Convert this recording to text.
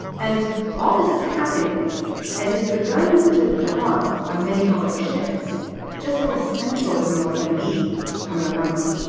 and all this is happening as it's begun to dawn on many politicians just how essential the mail is going to be come november